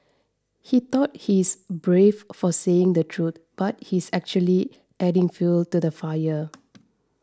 he thought he's brave for saying the truth but he's actually adding fuel to the fire